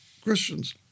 Christians